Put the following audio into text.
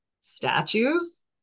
statues